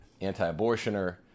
anti-abortioner